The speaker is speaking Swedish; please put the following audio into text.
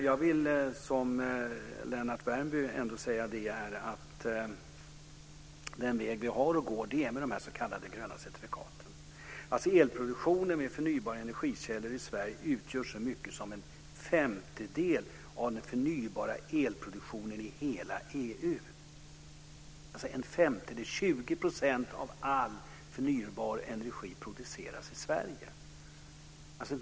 Jag vill som Lennart Värmby säga att den väg vi har att gå är de gröna certifikatens väg. Den förnybara elproduktionen i Sverige utgör så mycket som en femtedel av den förnybara elproduktionen i hela EU. 20 % av all förnybar energi produceras i Sverige.